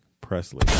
Presley